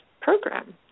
program